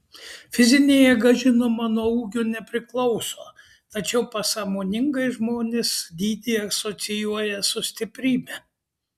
fizinė jėga žinoma nuo ūgio nepriklauso tačiau pasąmoningai žmonės dydį asocijuoja su stiprybe